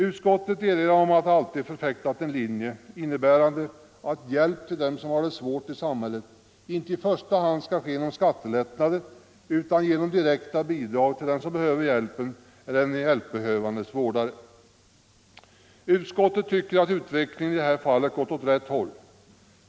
Utskottet erinrar om att det alltid förfäktat en linje som innebär att hjälp till dem som har det svårt i samhället inte i första hand bör lämnas genom skattelättnader utan genom direkta bidrag till dem som behöver hjälpen eller till den hjälpbehövandes vårdare. Utskottet tycker att utvecklingen i detta fall har gått åt rätt håll.